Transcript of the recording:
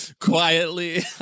quietly